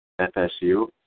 FSU